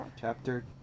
Chapter